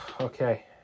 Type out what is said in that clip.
Okay